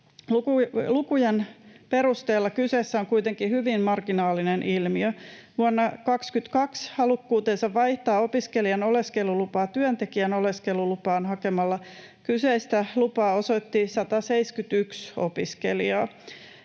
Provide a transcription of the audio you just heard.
Lukujen perusteella kyseessä on kuitenkin hyvin marginaalinen ilmiö. Vuonna 22 halukkuutensa vaihtaa opiskelijan oleskelulupaa työntekijän oleskelulupaan hakemalla kyseistä lupaa osoitti 171 opiskelijaa,